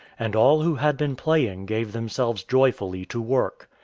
and all who had been playing gave themselves joyfully to work.